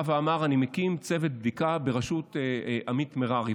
בא ואמר: אני מקים צוות בדיקה בראשות עמית מררי.